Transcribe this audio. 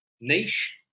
niche